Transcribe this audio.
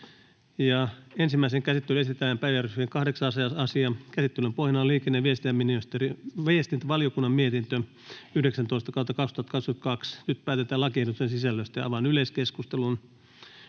Ensimmäiseen käsittelyyn esitellään päiväjärjestyksen 14. asia. Käsittelyn pohjana on lakivaliokunnan mietintö LaVM 23/2022 vp. Nyt päätetään lakiehdotuksen sisällöstä. — Avaan yleiskeskustelun.